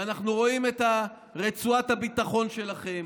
ואנחנו רואים את רצועת הביטחון שלכם: